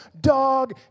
dog